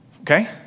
Okay